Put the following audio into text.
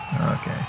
Okay